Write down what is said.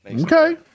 Okay